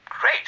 great